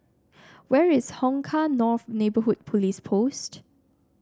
where is Hong Kah North Neighbourhood Police Post